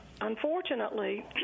Unfortunately